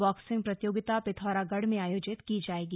boxing प्रतियोगिता पिथौरागढ़ में आयोजित की जायेगी